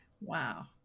Wow